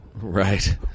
Right